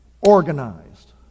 organized